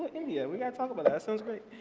india we got sounds but ah sounds great.